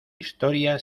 historia